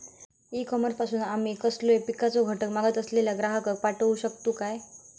E commerce पासून आमी कसलोय पिकाचो घटक मागत असलेल्या ग्राहकाक पाठउक शकतू काय?